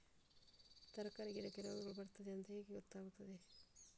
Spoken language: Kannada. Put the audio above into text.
ತರಕಾರಿ ಗಿಡಕ್ಕೆ ರೋಗಗಳು ಬರ್ತದೆ ಅಂತ ಹೇಗೆ ಗೊತ್ತಾಗುತ್ತದೆ?